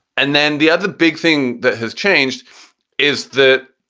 and then the other big thing that has changed is the.